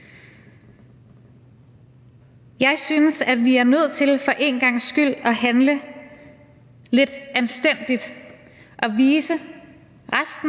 Jeg synes, vi er nødt til for en gangs skyld at handle lidt anstændigt og vise resten